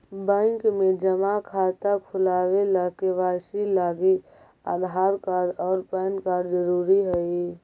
bank में जमा खाता खुलावे ला के.वाइ.सी लागी आधार कार्ड और पैन कार्ड ज़रूरी हई